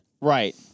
Right